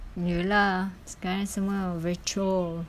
ye lah sekarang semua virtual